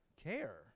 care